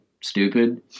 stupid